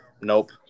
Nope